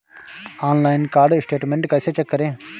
Online card statement कैसे check करें?